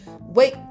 wait